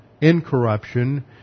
incorruption